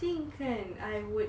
think kan I would